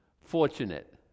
Fortunate